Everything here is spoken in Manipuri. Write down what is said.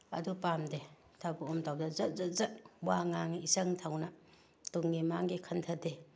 ꯑꯗꯨ ꯄꯥꯝꯗꯦ ꯊꯕꯛ ꯑꯃ ꯇꯧꯕꯗ ꯖꯠ ꯖꯠ ꯖꯠ ꯋꯥ ꯅꯥꯡꯏ ꯏꯆꯪ ꯊꯧꯅ ꯇꯨꯡꯒꯤ ꯃꯥꯡꯒꯤ ꯈꯟꯊꯗꯦ